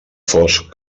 fosc